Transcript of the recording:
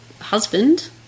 husband